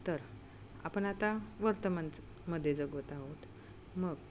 तर आपण आता वर्तमानच मध्ये जगत आहोत मग